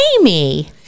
Amy